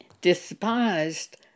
despised